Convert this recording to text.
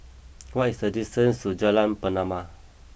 what is the distance to Jalan Pernama